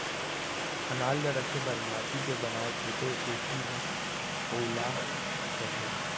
अनाज ल रखे बर माटी के बनाए छोटे कोठी ल पउला कथें